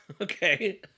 Okay